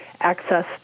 access